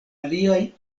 aliaj